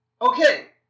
Okay